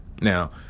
now